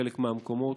בחלק מהמקומות.